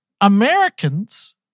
Americans